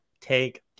take